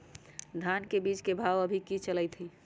धान के बीज के भाव अभी की चलतई हई?